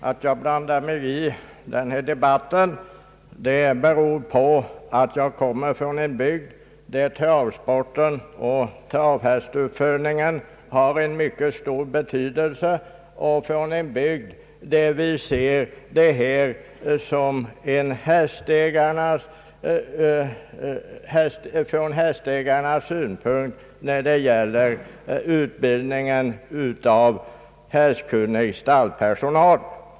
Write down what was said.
Att jag blandar mig i den här debatten beror på att jag kommer från en bygd där travsporten och travhästuppfödningen har mycket stor betydelse och där vi ser från hästägarnas synpunkt på utbildningen av hästkunnig stallpersonal.